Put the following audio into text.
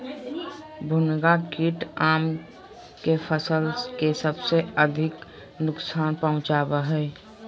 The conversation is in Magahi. भुनगा कीट आम के फसल के सबसे अधिक नुकसान पहुंचावा हइ